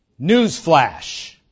Newsflash